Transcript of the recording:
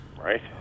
right